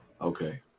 Okay